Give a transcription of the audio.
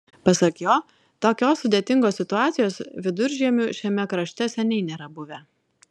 pasak jo tokios sudėtingos situacijos viduržiemiu šiame krašte seniai nėra buvę